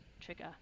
trigger